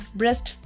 breast